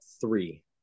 three